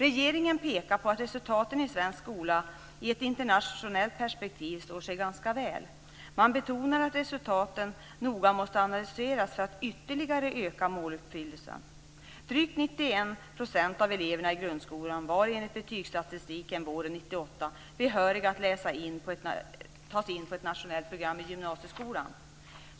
Regeringen pekar på att resultaten i svensk skola i ett internationellt perspektiv står sig ganska väl. Man betonar att resultaten noga måste analyseras för att ytterligare öka måluppfyllelsen. Drygt 91 % av eleverna i grundskolan var enligt betygsstatistiken våren 1998 behöriga att tas in på ett nationellt program i gymnasieskolan.